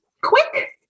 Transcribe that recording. quick